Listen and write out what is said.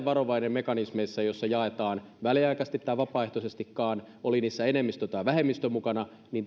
varovainen mekanismeissa joissa jaetaan väliaikaisesti tai vapaaehtoisestikaan oli niissä enemmistö tai vähemmistö mukana